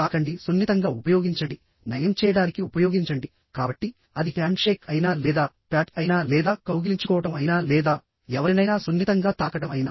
తాకండి సున్నితంగా ఉపయోగించండినయం చేయడానికి ఉపయోగించండి కాబట్టి అది హ్యాండ్షేక్ అయినా లేదా ప్యాట్ అయినా లేదా కౌగిలించుకోవడం అయినా లేదా ఎవరినైనా సున్నితంగా తాకడం అయినా